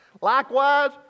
Likewise